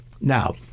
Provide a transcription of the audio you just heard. Now